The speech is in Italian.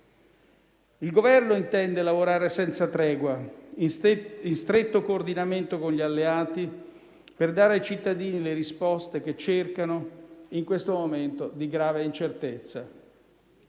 Il Governo intende lavorare senza tregua, in stretto coordinamento con gli alleati, per dare ai cittadini le risposte che cercano in questo momento di grave incertezza.